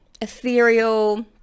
ethereal